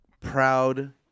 proud